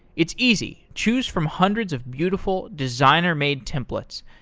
it's easy. choose from hundreds of beautiful designer-made templates.